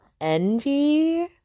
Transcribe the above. Envy